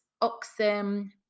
oxen